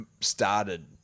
started